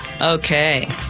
Okay